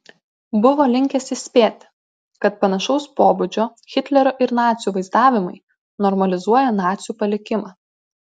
buvo linkęs įspėti kad panašaus pobūdžio hitlerio ir nacių vaizdavimai normalizuoja nacių palikimą